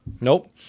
Nope